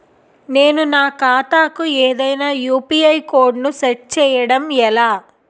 నేను నా ఖాతా కు ఏదైనా యు.పి.ఐ కోడ్ ను సెట్ చేయడం ఎలా?